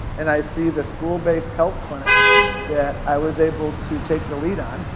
and i see the school-based health clinic that i was able to take the lead on.